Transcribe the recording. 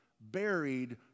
buried